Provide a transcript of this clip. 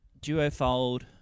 Duofold